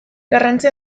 garrantzi